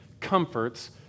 comforts